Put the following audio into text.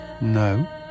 No